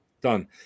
Done